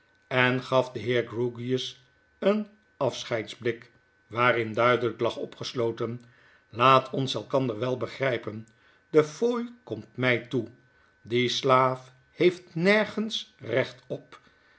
en gaf den heer grewgious een afscheidsblik waarin duidelyk lag opgeslotefi laat ons elkander wel begrijpen de fooi komt my toe die slaaf heeft nergens recht